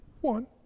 One